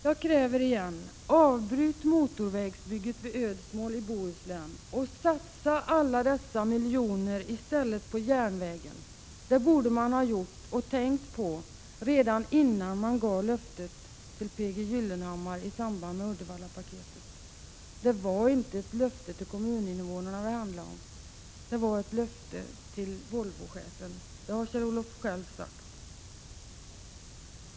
Jag kräver återigen: Avbryt motorvägsbygget vid Ödsmål i Bohuslän, och satsa i stället alla miljonerna på järnvägen! Det borde man ha gått in för redan innan man gav löftet till P. G. Gyllenhammar i samband med Uddevallapaketet. Det handlade inte om ett löfte till kommuninvånarna utan om ett löfte till Volvochefen. Det har Kjell-Olof Feldt själv sagt.